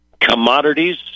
commodities